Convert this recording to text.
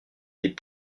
des